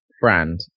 brand